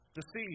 Deceived